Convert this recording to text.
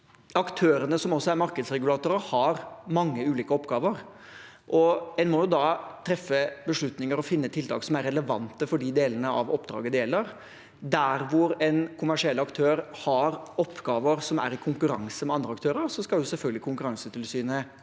Aktørene som også er markedsregulatorer, har mange ulike oppgaver. En må da treffe beslutninger og finne tiltak som er relevante for de delene av oppdraget det gjelder. Der en kommersiell aktør har oppgaver som er i konkurranse med andre aktører, skal selvfølgelig Konkurransetilsynet